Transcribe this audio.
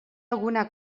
alguna